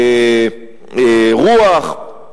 רוח,